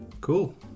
Cool